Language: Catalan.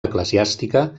eclesiàstica